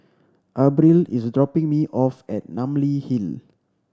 Abril is dropping me off at Namly Hill